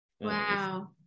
Wow